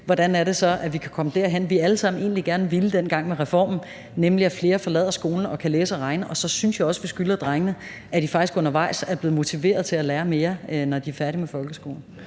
hvordan det så er, vi kan komme derhen, hvor vi egentlig dengang alle sammen gerne ville hen med reformen, nemlig at flere forlader skolen og kan læse og regne. Så synes jeg også, vi skylder drengene, at de faktisk undervejs er blevet motiveret til at lære mere, når de er færdige med folkeskolen.